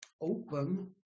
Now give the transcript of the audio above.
open